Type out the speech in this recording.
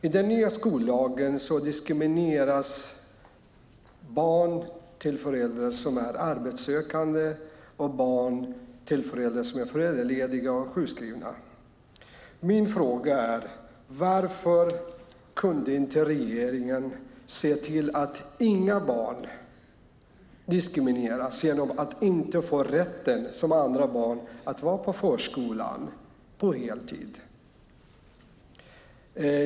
I den nya skollagen diskrimineras barn till föräldrar som är arbetssökande och barn till föräldrar som är föräldralediga och sjukskrivna. Min fråga är: Varför kan inte regeringen se till att inga barn diskrimineras genom att de inte får rätten som andra barn att vara på förskolan på heltid?